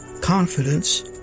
confidence